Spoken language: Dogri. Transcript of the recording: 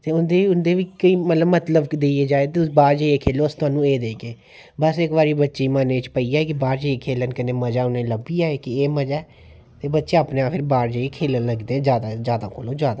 ते उनेंगी बी मतलब देओ की तुस बाहर जाइये खेल्लगे ते तुसेंगी एह् देगे ते उनेंगी मैनेज़ पेई जा ते बाहर जाइये उनेंगी पता लग्गी जा की एह् मज़ा ऐ ते बच्चे फिर अपने आप जाइयै बाहर खेल्लन लग्गी पौंदे न ते जादै कोला जादै जादै कोला जादै